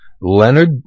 Leonard